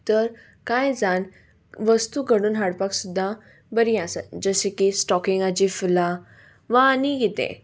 तर कांय जाण वस्तू घडून हाडपाक सुद्दां बरी आसात जशें की स्टॉकिंगाची फुलां वा आनी कितें